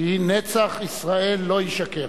שהיא "נצח ישראל לא ישקר".